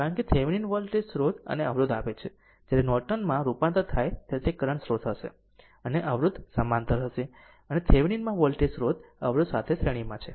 કારણ કે Thevenin voltage સ્રોત અને અવરોધ આપે છે જ્યારે નોર્ટન માં રૂપાંતર થાય ત્યારે તે કરંટ સ્રોત હશે અને અવરોધ સમાંતરમાં હશે અને થેવેનિન માં વોલ્ટેજ સ્ત્રોત અવરોધ સાથે શ્રેણીમાં છે